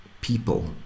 people